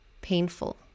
painful